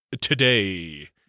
today